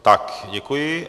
Tak děkuji.